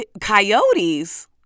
coyotes